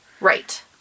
Right